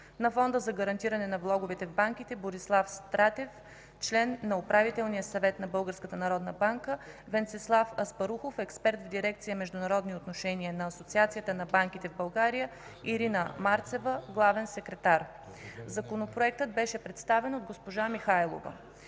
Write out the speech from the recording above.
на Фонда за гарантиране на влоговете в банките: Борислав Стратев – член на Управителния съвет на Българската народна банка, Венцеслав Аспарухов – експерт в дирекция „Международни отношения” на Асоциацията на банките в България, Ирина Марцева – главен секретар. Законопроектът беше представен от госпожа Михайлова.